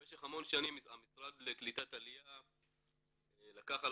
במשך המון שנים המשרד לעליה וקליטה לקח על